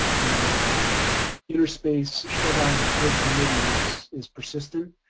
the inner space shrub island heterogeneity is, is persistant.